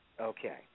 Okay